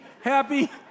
happy